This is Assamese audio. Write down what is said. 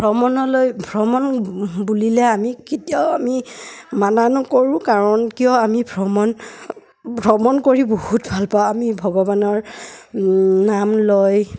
ভ্ৰমণলৈ ভ্ৰমণ বুলিলে আমি কেতিয়াও আমি মানা নকৰোঁ কাৰণ কিয় আমি ভ্ৰমণ ভ্ৰমণ কৰি বহুত ভাল পাওঁ আমি ভগৱানৰ নাম লয়